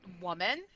woman